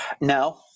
No